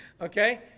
Okay